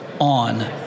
on